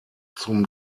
zum